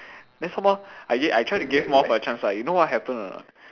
then some more I give I try to give moth a chance ah you know what happen or not